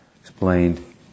explained